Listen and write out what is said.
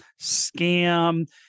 scam